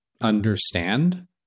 understand